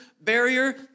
barrier